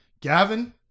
Gavin